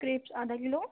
crepes آدھا kilo